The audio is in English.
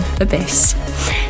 Abyss